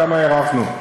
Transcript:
כמה הארכנו.